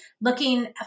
looking